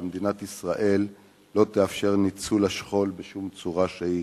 שמדינת ישראל לא תאפשר ניצול השכול בשום צורה שהיא.